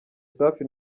safi